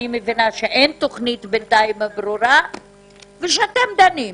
שבינתיים אין תוכנית ברורה ושאתם דנים.